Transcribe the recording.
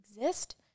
exist